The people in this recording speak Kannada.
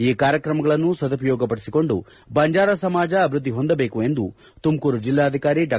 ಈ ಕಾರ್ಯಕ್ರಮಗಳನ್ನು ಸದುಪಯೋಗಪಡಿಸಿಕೊಂಡು ಬಂಜಾರ ಸಮಾಜ ಅಭಿವೃದ್ಧಿ ಹೊಂದಬೇಕು ಎಂದು ತುಮಕೂರು ಜೆಲ್ಲಾಧಿಕಾರಿ ಡಾ